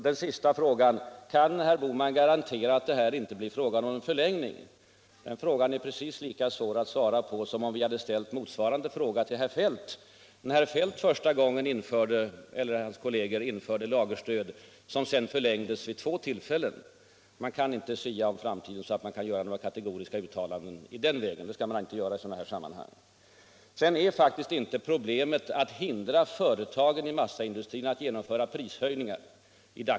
Den sista frågan om jag kan garantera att det inte blir fråga om en förlängning är precis lika svår att svara på som om vi hade ställt motsvarande fråga till herr Feldt när han eller hans kolleger första gången införde lagerstödet, som sedan förlängdes vid två tillfällen. Man kan inte sia om framtiden så att man göra några kategoriska uttalanden i den vägen — det skall man inte göra i sådana här sammanhang. Problemet i dagens läge är faktiskt inte att hindra företagen i massaindustrin att genomföra prishöjningar.